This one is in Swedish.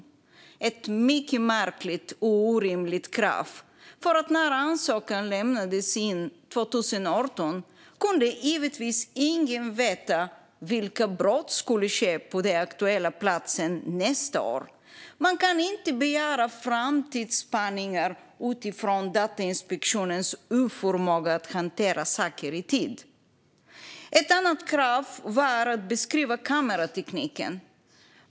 Det är ett mycket märkligt och orimligt krav. När ansökan lämnades in 2018 kunde givetvis ingen veta vilka brott som skulle ske på den aktuella platsen nästa år. Man kan inte begära framtidsspaningar utifrån Datainspektionens oförmåga att hantera saker i tid. Ett annat krav var att beskriva kameratekniken.